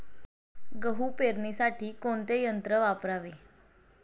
गहू पेरणीसाठी कोणते यंत्र वापरावे?